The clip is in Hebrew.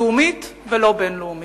לאומית ולא בין-לאומית.